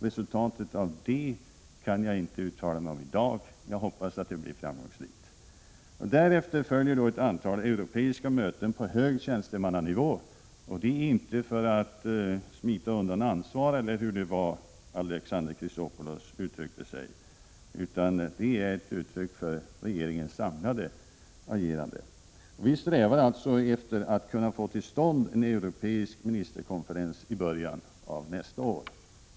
Resultatet av det kan jag inte uttala mig om i dag. Jag hoppas att det blir framgångsrikt. Därefter följer ett antal europeiska möten på hög tjänstemannanivå. Detta sker inte för att smita undan ansvaret — jag minns inte exakt hur Alexander Chrisopoulos uttryckte sig — utan det är ett uttryck för regeringens samlade agerande. Vi strävar efter att få till stånd en europeisk ministerkonferens i början av nästa år.